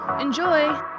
Enjoy